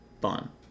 fun